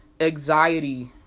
anxiety